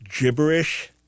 gibberish